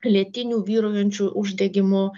lėtiniu vyraujančiu uždegimu